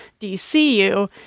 DCU